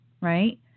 right